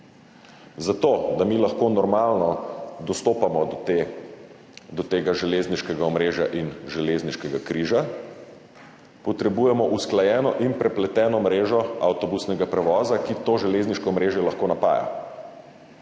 Da mi lahko normalno dostopamo do tega železniškega omrežja in železniškega križa, potrebujemo usklajeno in prepleteno mrežo avtobusnega prevoza, ki lahko napaja